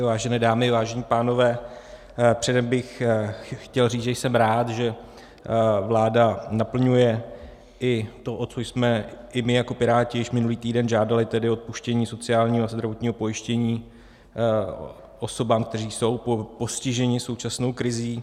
Vážené dámy, vážení pánové, předem bych chtěl říct, že jsem rád, že vláda naplňuje i to, o co jsme i my jako Piráti již minulý týden žádali, tedy odpuštění sociálního a zdravotního pojištění osobám, které jsou postiženy současnou krizí.